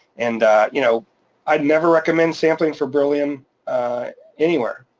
and you know i'd never recommend sampling for beryllium anywhere